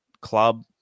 club